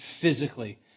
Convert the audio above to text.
physically